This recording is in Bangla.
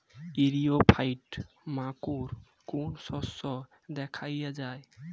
ইরিও ফাইট মাকোর কোন শস্য দেখাইয়া যায়?